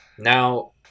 Now